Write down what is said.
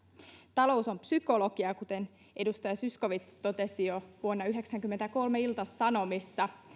talous on psykologiaa kuten edustaja zyskowicz totesi jo vuonna yhdeksänkymmentäkolme ilta sanomissa